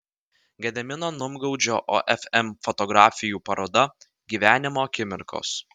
gedimino numgaudžio ofm fotografijų paroda gyvenimo akimirkos